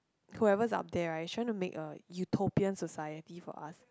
whoever is up there right is trying to make a utopian society for us